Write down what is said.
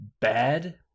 bad